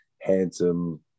handsome